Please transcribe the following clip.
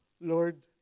Lord